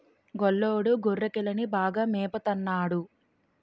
గొల్లోడు గొర్రెకిలని బాగా మేపత న్నాడు